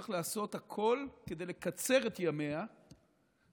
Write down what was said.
צריך לעשות הכול כדי לקצר את ימיה ולא